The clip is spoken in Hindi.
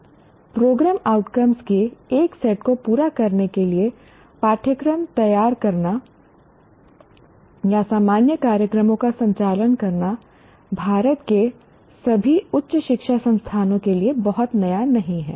प्रोग्राम आउटकम्स के एक सेट को पूरा करने के लिए पाठ्यक्रम तैयार करना या सामान्य कार्यक्रमों का संचालन करना भारत के सभी उच्च शिक्षा संस्थानों के लिए बहुत नया नहीं है